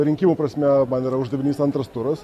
rinkimų prasme man yra uždavinys antras turas